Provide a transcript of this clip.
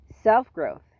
Self-growth